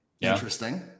Interesting